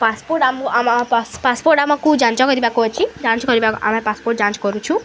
passport ଆମ passport ଆମକୁ ଯାଞ୍ଚ କରିବାକୁ ଅଛି ଯାଞ୍ଚ କରିବା ଆମେ ପାସପୋର୍ଟ ଯାଞ୍ଚ କରୁଛୁ